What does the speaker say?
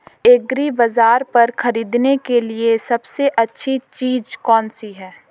एग्रीबाज़ार पर खरीदने के लिए सबसे अच्छी चीज़ कौनसी है?